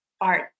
art